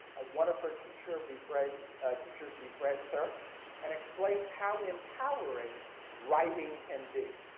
one of her teachers befriends teachers befriends her and explains how we empowering writing can be.